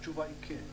התשובה היא כן.